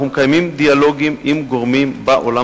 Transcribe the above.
אנחנו מקיימים דיאלוגים עם גורמים בעולם